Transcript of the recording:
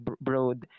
broad